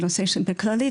בנושא של הכללית,